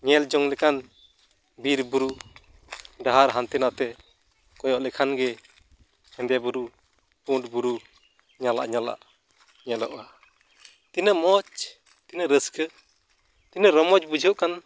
ᱧᱮᱞᱡᱚᱝ ᱞᱮᱠᱟᱱ ᱵᱤᱨᱵᱩᱨᱩ ᱰᱟᱦᱟᱨ ᱦᱟᱱᱛᱮ ᱱᱟᱛᱮ ᱠᱚᱭᱚᱜ ᱞᱮᱠᱷᱟᱱ ᱜᱮ ᱦᱮᱸᱫᱮ ᱵᱩᱨᱩ ᱯᱩᱸᱰ ᱵᱩᱨᱩ ᱧᱟᱞᱟᱫ ᱧᱟᱞᱟᱫ ᱧᱮᱞᱚᱜᱼᱟ ᱛᱤᱱᱟᱹᱜ ᱢᱚᱡᱽ ᱛᱤᱱᱟᱹᱜ ᱨᱟᱹᱥᱠᱟᱹ ᱛᱤᱱᱟᱹᱜ ᱨᱚᱢᱚᱡᱽ ᱵᱩᱡᱷᱟᱹᱜ ᱠᱟᱱ